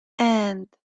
and